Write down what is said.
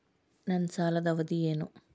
ನನ್ನ ಸಾಲದ ಅವಧಿ ಏನು?